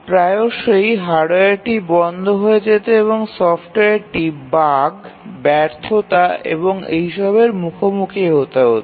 প্রায়শই হার্ডওয়্যারটি বন্ধ হয়ে যেত এবং সফ্টওয়্যারগুলিকে বিভিন্ন সমস্যা ব্যর্থতা ইত্যাদির মুখোমুখি হতে হতো